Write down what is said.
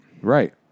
Right